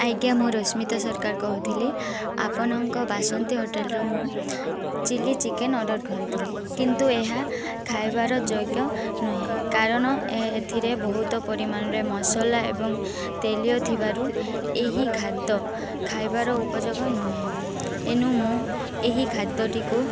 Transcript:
ଆଜ୍ଞା ମୁଁ ରଶ୍ମିତା ସରକାର କହୁଥିଲି ଆପଣଙ୍କ ବାସନ୍ତ ହୋଟେଲ୍ରୁ ମୁଁ ଚିଲ୍ଲି ଚିକେନ୍ ଅର୍ଡ଼ର୍ କରିଥିଲି କିନ୍ତୁ ଏହା ଖାଇବାର ଯୋଗ୍ୟ ନୁହେଁ କାରଣ ଏଥିରେ ବହୁତ ପରିମାଣରେ ମସଲା ଏବଂ ତେଲୀୟ ଥିବାରୁ ଏହି ଖାଦ୍ୟ ଖାଇବାର ଉପଯୋଗ ନୁହେଁ ଏଣୁ ମୁଁ ଏହି ଖାଦ୍ୟଟିକୁ